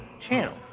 channel